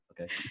Okay